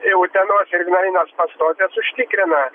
į utenos ir ignalinos pastotes užtikrina